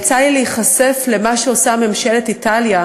יצא לי להיחשף למה שעושה ממשלת איטליה,